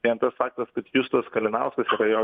vien tas faktas kad justas kalinauskas yra jo